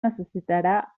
necessitarà